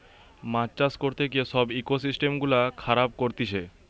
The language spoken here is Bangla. মাছ চাষ করতে গিয়ে সব ইকোসিস্টেম গুলা খারাব করতিছে